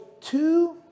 two